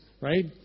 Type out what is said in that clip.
right